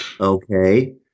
Okay